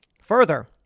Further